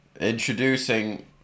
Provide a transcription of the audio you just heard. Introducing